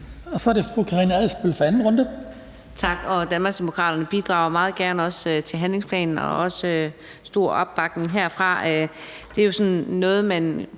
Så er det fru Katrine Daugaard for anden runde.